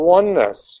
oneness